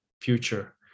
future